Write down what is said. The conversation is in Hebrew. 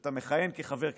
כשאתה מכהן כחבר כנסת,